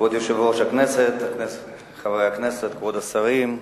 כבוד יושב-ראש הכנסת, חברי הכנסת, כבוד השרים,